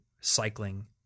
cycling